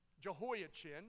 Jehoiachin